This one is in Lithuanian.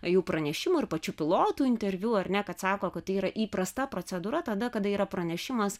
jų pranešimų ir pačių pilotų interviu ar ne kad sako kad tai yra įprasta procedūra tada kada yra pranešimas